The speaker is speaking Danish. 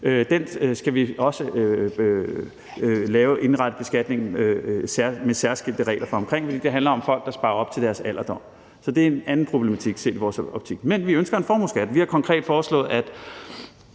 Den skal vi også indrette beskatningen af med særskilte regler, for det handler om folk, der sparer op til deres alderdom. Så det er en anden problematik set i vores optik. Men vi ønsker en formueskat. Vi har konkret foreslået, at